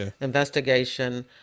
investigation